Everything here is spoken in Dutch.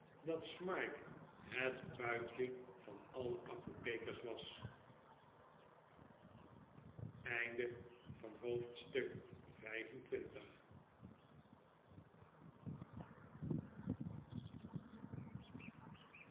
dat smike het puikje van alle apothekers was hoofdstuk